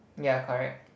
ya correct